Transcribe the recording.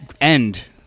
end